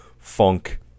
Funk